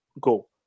go